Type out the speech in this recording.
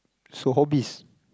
so hobbies